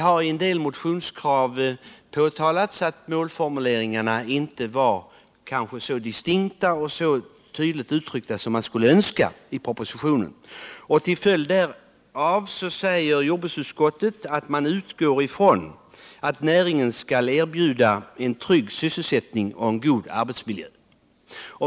I en del motioner har det påtalats att dessa i propositionen kanske inte var så distinkta och tydligt uttryckta som man kunde önska. Till följd därav säger jordbruksutskottet att man utgår från att näringen skall erbjuda en trygg sysselsättning och en god arbetsmiljö.